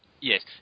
Yes